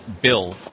bill